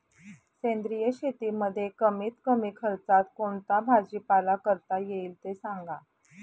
सेंद्रिय शेतीमध्ये कमीत कमी खर्चात कोणता भाजीपाला करता येईल ते सांगा